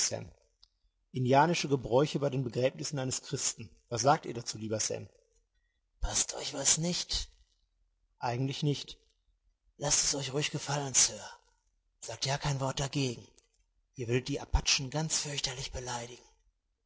indianische gebräuche bei dem begräbnisse eines christen was sagt ihr dazu lieber sam paßt euch das nicht eigentlich nicht laßt es euch ruhig gefallen sir sagt ja kein wort dagegen ihr würdet die apachen ganz fürchterlich beleidigen